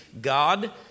God